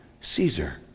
Caesar